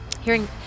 hearing